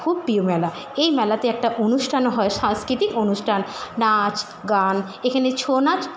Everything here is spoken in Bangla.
খুব প্রিয় মেলা এই মেলাতে একটা অনুষ্ঠানও হয় সাংস্কৃতিক অনুষ্ঠান নাচ গান এখানে ছৌ নাচ